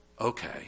Okay